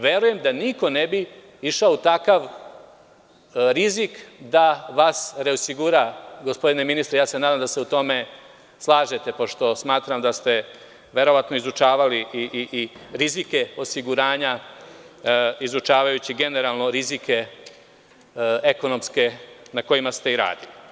Verujem, da niko ne bi ušao u takav rizik da vas reosigura, gospodine ministre, nadam se da se u tome slažete pošto smatram da ste verovatno izučavali i rizike osiguranja izučavajući generalno rizike ekonomske na kojima ste i radili.